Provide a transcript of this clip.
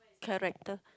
character